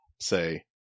say